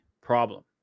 problem